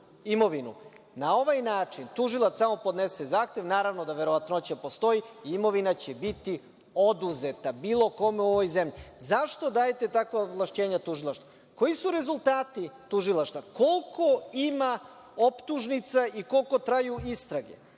imovinu. Na ovaj način tužilac samo podnese zahtev, naravno da verovatnoća postoji i imovina će biti oduzeta bilo kome u ovoj zemlji. Zašto dajete takva ovlašćenja tužilaštvu? Koji su rezultati tužilaštva? Koliko ima optužnica i koliko traju istrage?